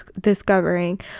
discovering